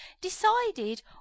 decided